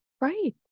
Right